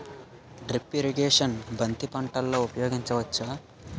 Drip irrigation బంతి పంటలో ఊపయోగించచ్చ?